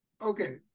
Okay